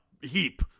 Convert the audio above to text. heap